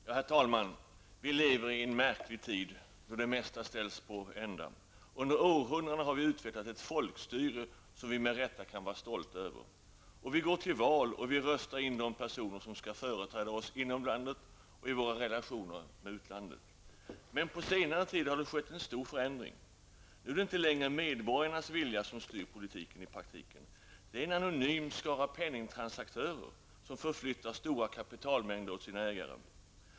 Herr talman! Vi lever i en märklig tid, då det mesta ställs på ända. Under århundraden har vi utvecklat ett folkstyre som vi med rätta kan vara stolta över. Vi går till val, och vi röstar in de personer som skall företräda oss inom landet och i våra relationer med utlandet. På senare tid har det skett en stor förändring. Nu är det inte längre medborgarnas vilja som styr politiken i praktiken. Det är en anonym skara penningtransaktörer, som förflyttar stora kapitalmängder åt dess ägare.